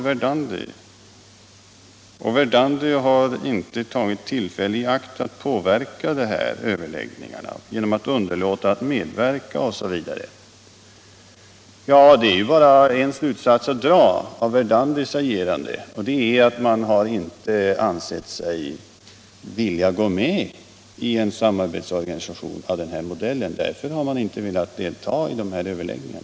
Verdandi skulle inte ha tagit tillfället i akt att påverka överläggningarna, genom att underlåta att medverka i dem. Ja, det finns bara en slutsats att dra av Verdandis agerande, nämligen att man inte har ansett sig böra gå med i en samarbetsorganisation av denna modell. Därför har man inte heller velat delta i dessa överläggningar.